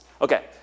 Okay